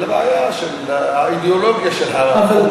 אלא הבעיה היא של האידיאולוגיה של החקיקה.